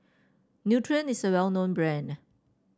Nutren is a well known brand